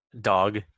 Dog